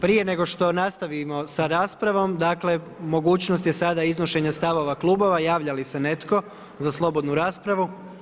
Prije nego što nastavimo s raspravom, dakle, mogućnost je sada iznošenja stavova klubova, javlja li se netko za slobodnu raspravu?